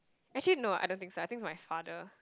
actually no I don't think so I think it's my father